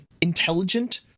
intelligent